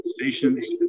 stations